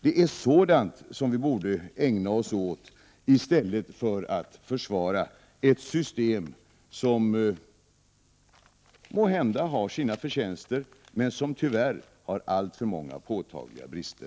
Det är sådant som vi borde ägna oss åt i stället för att försvara ett system, som måhända har sina förtjänster men som ändå har alltför många påtagliga brister.